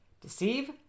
Deceive